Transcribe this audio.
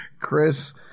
Chris